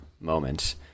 moments